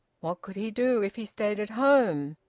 what could he do if he stayed at home?